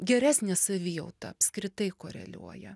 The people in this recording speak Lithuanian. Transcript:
geresnė savijauta apskritai koreliuoja